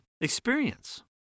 experience